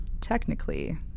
Technically